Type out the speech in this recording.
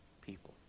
people